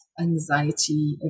anxiety